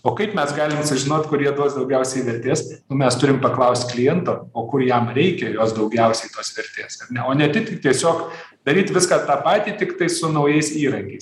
o kaip mes galim sužinot kur jie duos daugiausiai vertės nu mes turim paklaust klientą o kur jam reikia jos daugiausiai tos vertės ar ne o ne tik tiesiog daryt viską tą patį tiktai su naujais įrankiais